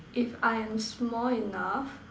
if I am small enough